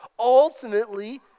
Ultimately